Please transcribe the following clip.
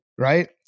Right